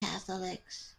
catholics